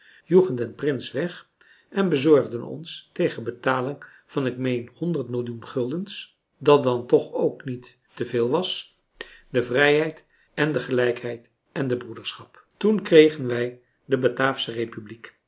joegen den prins weg en bezorgden ons tegen betaling van ik meen honderd millioen guldens dat dan toch ook niet te veel was de françois haverschmidt familie en kennissen vrijheid èn de gelijkheid èn de broederschap toen kregen wij de bataafsche republiek